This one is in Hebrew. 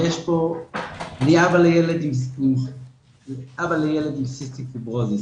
אני אבא לילד עם סיסטיק פיברוביס.